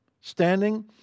standing